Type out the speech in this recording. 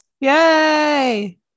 yay